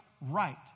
right